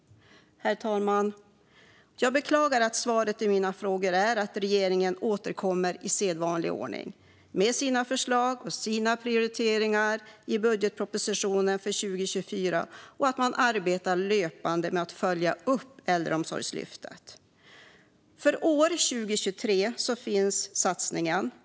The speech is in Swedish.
Herr talman! Jag beklagar att svaret på mina frågor är att regeringen i sedvanlig ordning återkommer med sina förslag och prioriteringar i budgetpropositionen för 2024 och att man arbetar löpande med att följa upp Äldreomsorgslyftet. År 2023 finns satsningen.